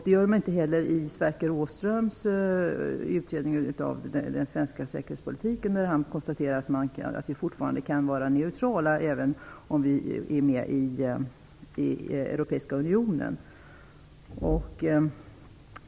Det gör den inte heller i Sverker Åströms utredning om den svenska säkerhetspolitiken, där han konstaterar att vi fortfarande kan vara neutrala även vid medlemskap i Europeiska unionen.